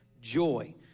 joy